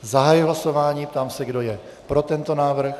Zahajuji hlasování a ptám se, kdo je pro tento návrh.